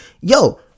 yo